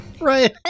Right